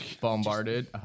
Bombarded